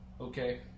okay